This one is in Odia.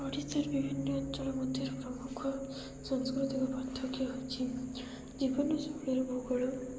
ଓଡ଼ିଶାର ବିଭିନ୍ନ ଅଞ୍ଚଳ ମଧ୍ୟରେ ପ୍ରମୁଖ ସାଂସ୍କୃତିକ ପାର୍ଥକ୍ୟ ହଉଛି ଜୀବନ ଶୈଳୀରେ ଭୂଗୋଳ